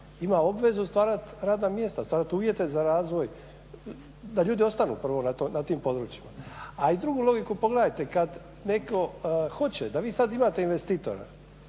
ima obvezu stvarati radna mjesta, stvarati uvjete za razvoj, da ljudi ostanu prvo na tim područjima. A i drugu logiku, pogledajte kada netko hoće, da vi sada imate investitora,